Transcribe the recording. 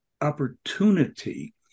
opportunity